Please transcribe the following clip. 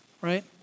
right